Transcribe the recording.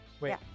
Wait